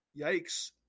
yikes